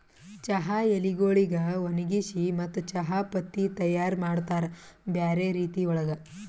ಚಹಾ ಎಲಿಗೊಳಿಗ್ ಒಣಗಿಸಿ ಮತ್ತ ಚಹಾ ಪತ್ತಿ ತೈಯಾರ್ ಮಾಡ್ತಾರ್ ಬ್ಯಾರೆ ರೀತಿ ಒಳಗ್